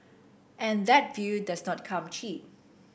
and that view does not come cheap